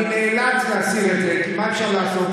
ואני נאלץ להסיר את זה כי מה אפשר לעשות,